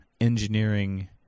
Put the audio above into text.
engineering